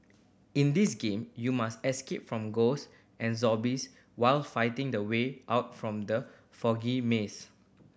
in this game you must escape from ghost and zombies while finding the way out from the foggy maze